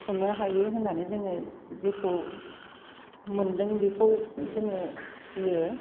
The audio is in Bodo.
बुथुमनो हायो होननानै जोङो जेखौ मोन्दों बेखौ जोङो फियो